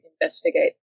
investigate